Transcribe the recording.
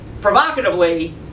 provocatively